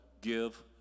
give